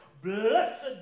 Blessed